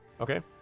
Okay